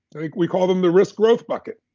like we call them the risk growth bucket.